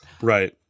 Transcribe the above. Right